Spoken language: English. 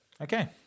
okay